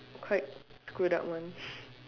quite screwed up one